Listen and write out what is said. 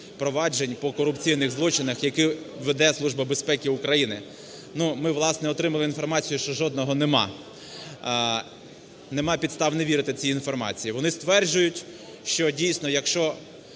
проваджень по корупційних злочинах, які веде Служба безпеки України. Ну, ми, власне, отримали інформацію, що жодного нема. Нема підстав не вірити цій інформації. Вони стверджують, що дійсно, якщо